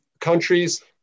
countries